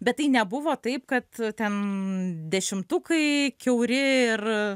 bet tai nebuvo taip kad ten dešimtukai kiauri ir